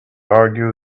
argue